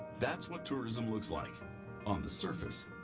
that's what tourism looks like on the surface.